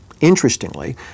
interestingly